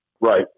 Right